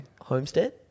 Homestead